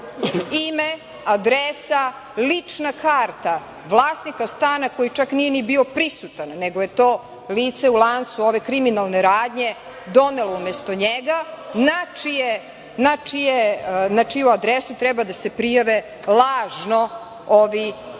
ime, adresa, lična karta vlasnika stana koji čak možda nije bio ni prisutan, nego je to lice u lancu ove kriminalne radnje donelo umesto njega, na čiju adresu treba da se prijave lažno ovi ljudi,